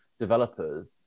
developers